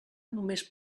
només